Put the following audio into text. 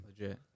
Legit